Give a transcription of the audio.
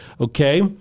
okay